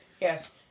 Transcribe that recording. yes